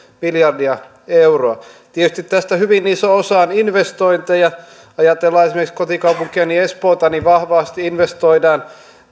miljardia euroa tietysti tästä hyvin iso osa on investointeja jos ajatellaan esimerkiksi kotikaupunkiani espoota niin vahvasti investoidaan